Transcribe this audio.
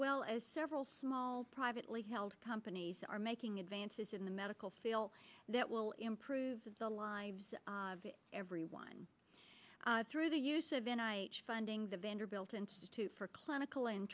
well as several small privately held companies are making advances in the medical field that will improve the lives everyone through the use of an eye funding the vanderbilt institute for clinical